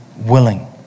willing